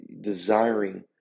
desiring